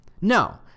No